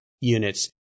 units